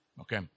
Okay